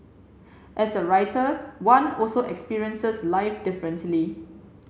as a writer one also experiences life differently